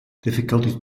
difficulties